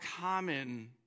common